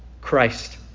Christ